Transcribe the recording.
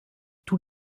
tous